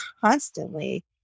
constantly